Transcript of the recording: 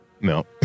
No